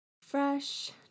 fresh